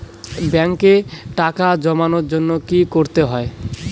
ব্যাংকে টাকা জমানোর জন্য কি কি করতে হয়?